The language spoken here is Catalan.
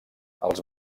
els